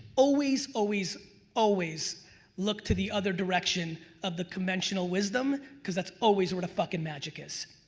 always, always always look to the other direction of the conventional wisdom, cause that's always where the fuckin magic is.